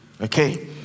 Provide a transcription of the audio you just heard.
okay